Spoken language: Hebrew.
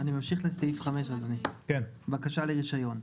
5.בקשה לרישיון: